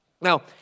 Now